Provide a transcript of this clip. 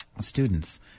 students